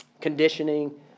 conditioning